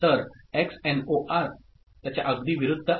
तर XNOR त्याच्या अगदी विरुद्ध आहे